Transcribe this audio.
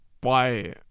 Why